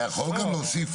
לא צריך, אני מסכים